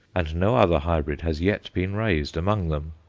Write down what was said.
and no other hybrid has yet been raised among them.